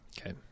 Okay